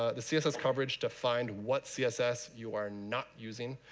ah the css coverage to find what css you are not using,